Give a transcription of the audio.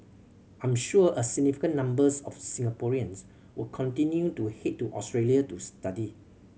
I'm sure a significant numbers of Singaporeans will continue to head to Australia to study